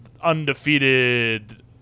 undefeated